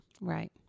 Right